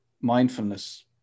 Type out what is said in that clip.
mindfulness